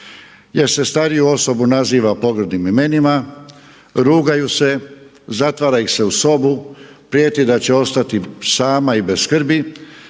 jer se stariju osobu naziva pogrdnim imenima, rugaju se, zatvara ih se u sobu, prijeti da će ostati sama i bez skrbi